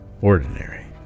ordinary